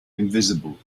invisible